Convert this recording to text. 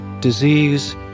disease